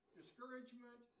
discouragement